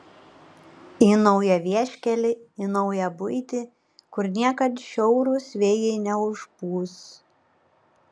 į naują vieškelį į naują buitį kur niekad šiaurūs vėjai neužpūs